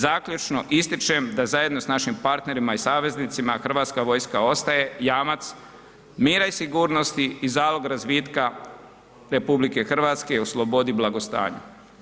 Zaključno, ističem da zajedno sa našim partnerima i saveznicima Hrvatska vojska ostaje jamac mira i sigurnosti i zalog razvitka RH u slobodi i blagostanju.